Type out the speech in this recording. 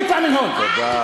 אתה עומד מאחורי,